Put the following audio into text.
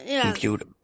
computer